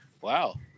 Wow